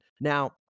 Now